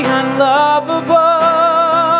unlovable